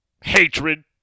hatred